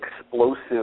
explosive